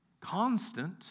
constant